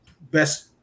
best